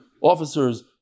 officers